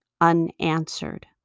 unanswered